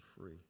free